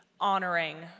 Honoring